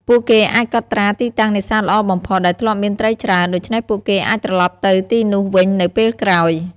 ពួកគេអាចកត់ត្រាទីតាំងនេសាទល្អបំផុត ដែលធ្លាប់មានត្រីច្រើន ដូច្នេះពួកគេអាចត្រឡប់ទៅទីនោះវិញនៅពេលក្រោយ។